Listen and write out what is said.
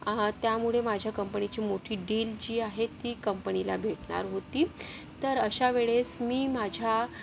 त्यामुळे माझ्या कंपनीची मोठी डील जी आहे ती कंपनीला भेटणार होती तर अशा वेळेस मी माझ्या